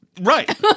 Right